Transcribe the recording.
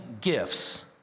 gifts